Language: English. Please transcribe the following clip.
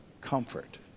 comfort